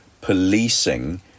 policing